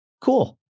cool